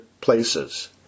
places